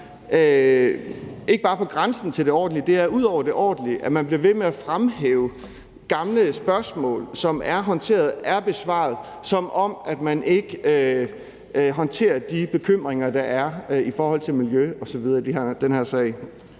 ikke bare er på grænsen til det ordentlige, men ud over det ordentlige at blive ved med at fremhæve gamle spørgsmål, som er håndteret, er besvaret, som om man ikke håndterer de bekymringer, der er i forhold til miljø osv.